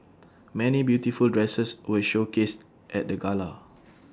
many beautiful dresses were showcased at the gala